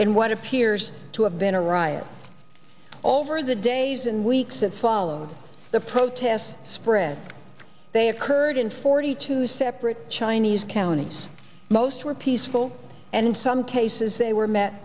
in what appears to have been a riot over the days and weeks that followed the protests spread they occurred in forty two separate chinese counties most were peaceful and in some cases they were met